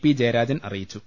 P Jayarajan അറിയിച്ചു